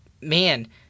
man